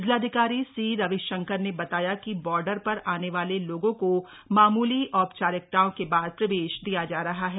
जिलाधिकारी सी रविशंकर ने बताया कि बॉर्डर पर आने वाले लोगों को मामूली औपचारिकताओं के बाद प्रवेश दिया जा रहा है